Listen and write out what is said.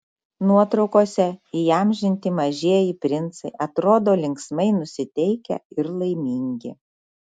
nuotraukose įamžinti mažieji princai atrodo linksmai nusiteikę ir laimingi